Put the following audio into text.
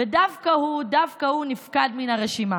אך לפני שעה